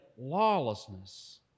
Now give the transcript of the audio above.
lawlessness